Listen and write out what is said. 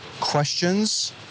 questions